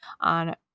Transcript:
on